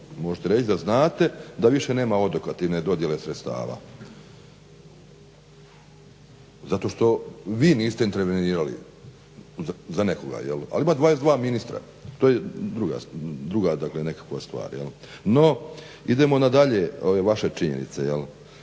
možete reći da znate da više nema odokativne dodjele sredstava? Zato što vi niste intervenirali za nekoga jel'? Ali ima 22 ministra, to je druga dakle nekakva stvar jel. No, idemo dalje na ove vaše činjenice jel'.